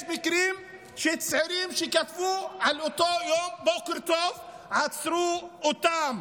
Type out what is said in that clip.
יש מקרים של צעירים שכתבו על אותו יום "בוקר טוב" עצרו אותם.